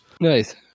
Nice